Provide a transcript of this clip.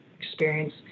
experience